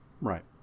right